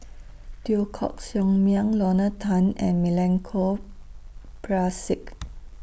Teo Koh Sock Miang Lorna Tan and Milenko Prvacki